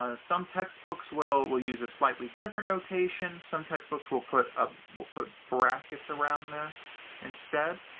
ah some textbooks will will use a slightly different notation. some textbooks will put ah will put brackets around this instead,